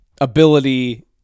ability